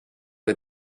les